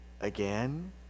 Again